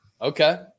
Okay